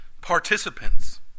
participants